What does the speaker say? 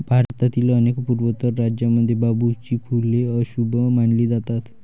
भारतातील अनेक पूर्वोत्तर राज्यांमध्ये बांबूची फुले अशुभ मानली जातात